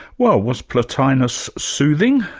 well was plotinus soothing?